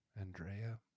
Andrea